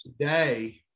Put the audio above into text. today